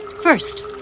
first